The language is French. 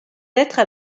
lettres